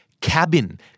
cabin